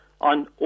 on